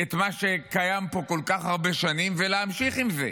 את מה שקיים פה כל כך הרבה שנים ולהמשיך עם זה.